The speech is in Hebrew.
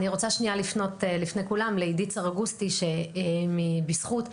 אני רוצה שנייה לפנות לפני כולם לעדית סרגוסטי מארגון בזכות,